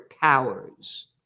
powers